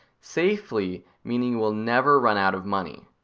safely, meaning you will never run out of money.